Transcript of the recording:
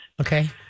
Okay